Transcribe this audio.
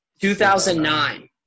2009